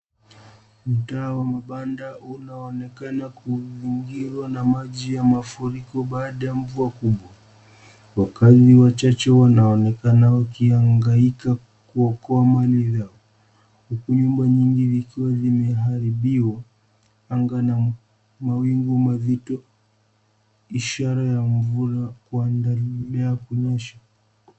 Mtaa wa mabanda unaonekana kuzingirwa na maji ya mafuriko baada ya mvua kubwa. Wakazi wachache wanaonekana wakihangaika kuokoa mali yao, huku nyumba nyingi zikiwa zimeharibiwa. Anga na mawingu mazito, ishara ya mvua kuendelea kunyesha.